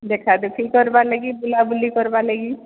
ଦେଖା ଦେଖି କର୍ବାର୍ ଲାଗି ବୁଲାବୁଲି କର୍ବା ଲାଗି